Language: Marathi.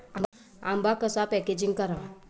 आंबा कसा पॅकेजिंग करावा?